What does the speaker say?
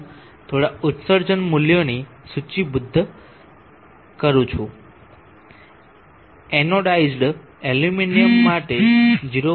હું થોડા ઉત્સર્જન મૂલ્યોની સૂચિબદ્ધ કરું છું એનોડાઇઝ્ડ એલ્યુમિનિયમ માટે 0